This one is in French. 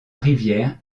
rivière